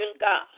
God